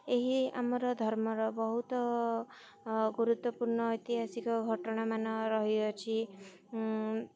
ଏହି ଆମର ଧର୍ମର ବହୁତ ଗୁରୁତ୍ୱପୂର୍ଣ୍ଣ ଐତିହାସିକ ଘଟଣାମାନ ରହିଅଛି